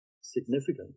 significant